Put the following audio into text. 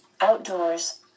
Outdoors